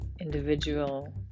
individual